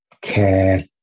care